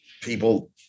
people